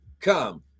come